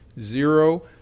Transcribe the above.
Zero